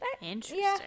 Interesting